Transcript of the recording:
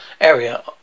area